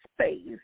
space